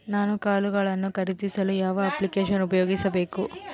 ನಾನು ಕಾಳುಗಳನ್ನು ಖರೇದಿಸಲು ಯಾವ ಅಪ್ಲಿಕೇಶನ್ ಉಪಯೋಗಿಸಬೇಕು?